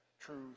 truth